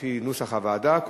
כפי נוסח הוועדה,